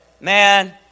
man